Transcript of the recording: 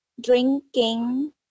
drinking